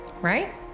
right